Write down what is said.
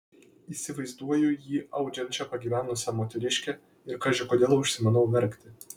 įsivaizduoju jį audžiančią pagyvenusią moteriškę ir kaži kodėl užsimanau verkti